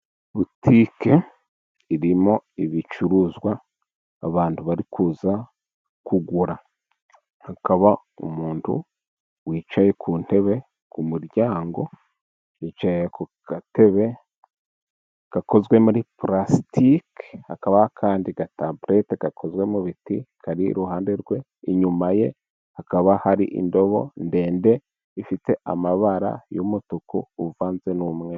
Butike irimo ibicuruzwa, abantu bari kuza kugura, hakaba umuntu wicaye ku ntebe ku muryango, yicaye ku gatebe gakozwe muri purasitike, hakaba kandi agatabureti gakozwe mu biti, kari iruhande rwe, inyuma ye hakaba hari indobo ndende ifite amabara y'umutuku uvanze n'umweru.